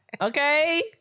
okay